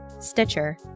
Stitcher